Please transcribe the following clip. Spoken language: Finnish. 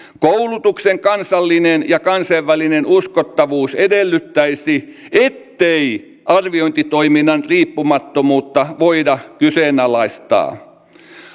koulutuksen kansallinen ja kansainvälinen uskottavuus edellyttäisi ettei arviointitoiminnan riippumattomuutta voida kyseenalaistaa